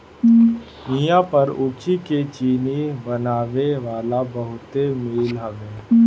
इहां पर ऊखी के चीनी बनावे वाला बहुते मील हवे